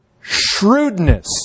shrewdness